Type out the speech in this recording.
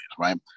right